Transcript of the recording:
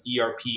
erp